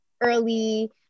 early